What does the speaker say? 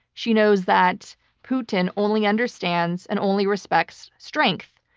she knows that putin only understands and only respects strength,